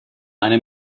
einen